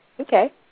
Okay